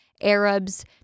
Arabs